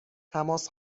تماس